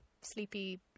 sleepy